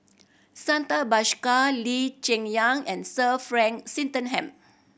Santha Bhaskar Lee Cheng Yan and Sir Frank Swettenham